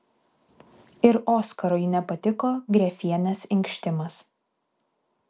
ir oskarui nepatiko grefienės inkštimas